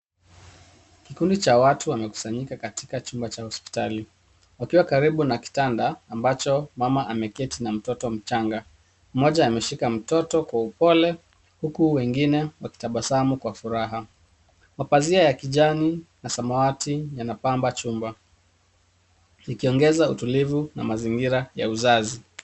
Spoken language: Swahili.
Kikundi cha watu wamekusanyika katika chumba cha hospitali. Wakiwa karibu na kitanda ambacho mama ameketi na mtoto mchanga. Mmoja ameshika mtoto kwa upole, huku wengine wakitabasamu kwa furaha. Mapazia ya kijani na samawati yanapamba chumba, ikiongeza utulivu na mazingira ya uzazi.